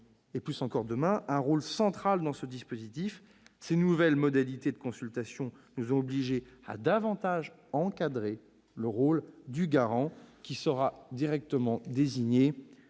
donc désormais un rôle central dans ce dispositif. Ces nouvelles modalités de consultation nous ont obligés à davantage encadrer le rôle du garant qui sera directement désigné